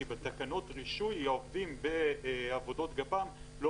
כי בתקנות רישוי העובדים בעבודות גפ"מ לא